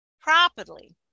properly